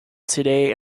today